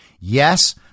Yes